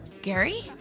Gary